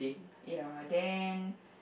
ya then